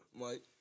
Mike